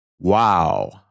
wow